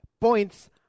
points